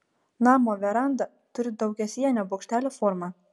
namo veranda turi daugiasienio bokštelio formą